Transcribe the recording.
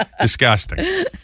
Disgusting